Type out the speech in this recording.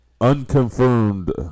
unconfirmed